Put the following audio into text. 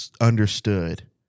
understood